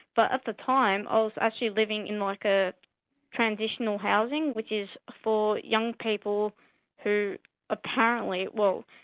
but at the time i was actually living in like a transitional housing, which is for young people who apparently, well,